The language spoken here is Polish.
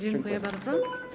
Dziękuję bardzo.